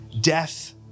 death